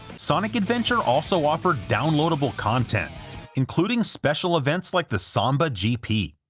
sonic adventure also offered downloadable content including special events, like the samba gp,